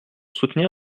soutenir